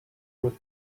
with